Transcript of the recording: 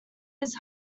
his